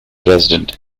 president